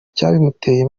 icyabimuteye